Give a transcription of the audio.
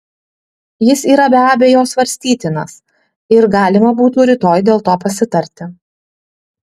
jis yra be abejo svarstytinas ir galima būtų rytoj dėl to pasitarti